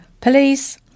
Police